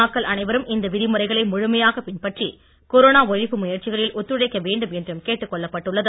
மக்கள் அனைவரும் இந்த விதிமுறைகளை முழுமையாக பின்பற்றி கொரோனா ஒழிப்பு முயற்சிகளில் ஒத்துழைக்க வேண்டும் என்றும் கேட்டுப் கொள்ளப்பட்டு உள்ளது